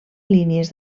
línies